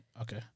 Okay